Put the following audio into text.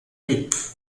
quick